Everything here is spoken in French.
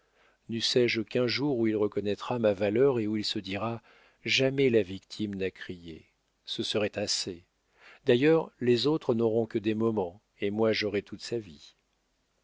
neussé je qu'un jour où il reconnaîtra ma valeur et où il se dira jamais la victime n'a crié ce serait assez d'ailleurs les autres n'auront que des moments et moi j'aurai toute sa vie